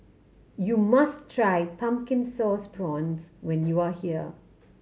you must try Pumpkin Sauce Prawns when you are here